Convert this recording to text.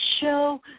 show